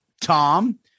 Tom